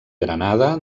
granada